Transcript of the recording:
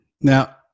Now